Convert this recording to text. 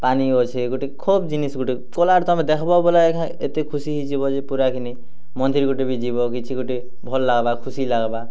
ପାଣି ଅଛେ ଗୁଟେ ଖୋବ୍ ଜିନିଷ ଗୁଟେ ଗଲା ଉତାରୁ ତମେ ଦେଖ୍ବ ବେଲେ ଘାଏ ଏତେ ଖୁସି ହେଇଯିବ ପୁରା କିନି ମନ୍ଦିର୍ ଗୁଟେ ବି ଯିବ କିଛି ଗୁଟେ ଭଲ୍ ଲାଗ୍ବା ଖୁସି ଲଗବା